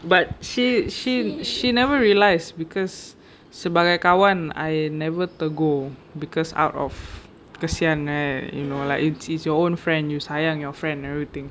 but she she she never realise because sebagai kawan I never tegur because out of kesian right you know like it's your own friend you sayang your friend and everything